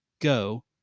go